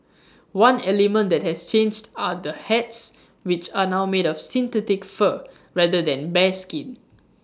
one element that has changed are the hats which are now made of synthetic fur rather than bearskin